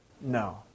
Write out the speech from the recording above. No